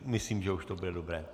Myslím, že už to bude dobré.